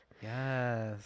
Yes